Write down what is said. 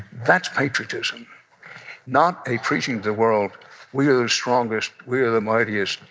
that's patriotism not a preaching the world we are the strongest, we are the mightiest,